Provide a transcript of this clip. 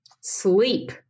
sleep